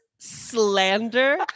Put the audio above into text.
Slander